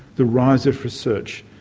the rise of research,